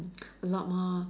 a lot more